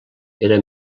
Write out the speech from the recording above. era